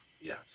Yes